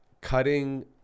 cutting